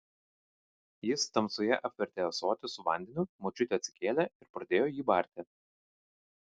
jis tamsoje apvertė ąsotį su vandeniu močiutė atsikėlė ir pradėjo jį barti